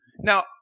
Now